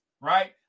right